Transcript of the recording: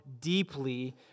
deeply